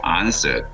answer